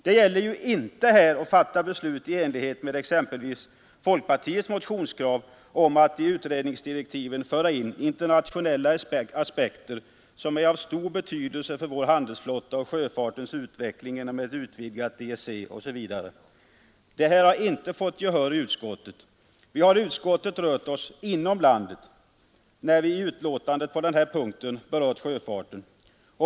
Det gäller inte här att fatta beslut i enlighet med exempelvis folkpartiets motionskrav om att i utredningsdirektiven föra in internationella aspekter, som är av stor betydelse för vår handelsflotta och sjöfartsutveckling inom ett utvidgat EEC, osv. Det har inte vunnit gehör i utskottet. Vi har i utskottet hållit oss inom landet, när vi i betänkandet på denna punkt berör sjöfarten.